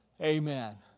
Amen